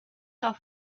off